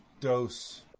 Dose